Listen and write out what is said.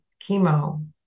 chemo